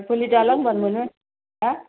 आइफवालि दालां होनबानो मोनो हा